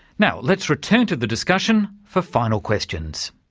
now let's return to the discussion for final questions.